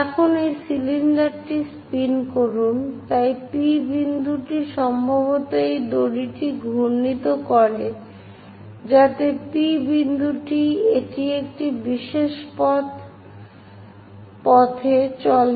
এখন এই সিলিন্ডারটি স্পিন করুন তাই P বিন্দুটি সম্ভবত এই দড়িটি ঘূর্ণিত করে যাতে P বিন্দুটি এটি একটি বিশেষ পথে চলে